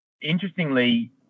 Interestingly